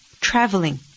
traveling